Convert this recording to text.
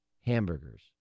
hamburgers